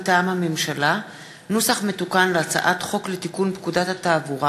מטעם הממשלה: נוסח מתוקן להצעת חוק לתיקון פקודת התעבורה